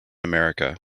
america